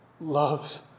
loves